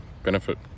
benefit